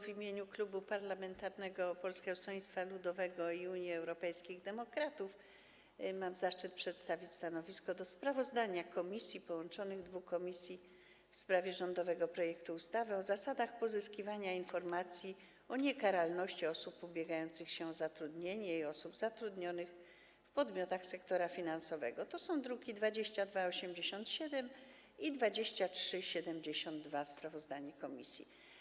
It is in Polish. W imieniu Klubu Parlamentarnego Polskiego Stronnictwa Ludowego - Unii Europejskich Demokratów mam zaszczyt przedstawić stanowisko wobec sprawozdania dwóch połączonych komisji w sprawie rządowego projektu ustawy o zasadach pozyskiwania informacji o niekaralności osób ubiegających się o zatrudnienie i osób zatrudnionych w podmiotach sektora finansowego, druki nr 2287 i 2372, ten drugi to sprawozdanie komisji.